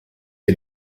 les